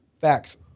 Facts